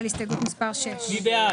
רוויזיה על הסתייגות מס' 41. מי בעד,